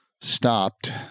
stopped